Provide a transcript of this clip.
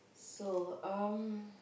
so um